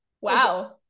wow